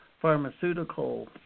pharmaceutical